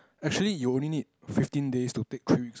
actually you only need fifteen days to take three weeks off